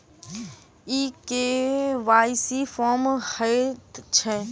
ई KYC form की हएत छै?